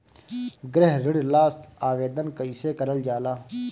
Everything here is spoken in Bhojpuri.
गृह ऋण ला आवेदन कईसे करल जाला?